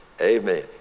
Amen